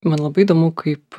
man labai įdomu kaip